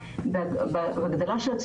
למה?